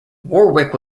warwick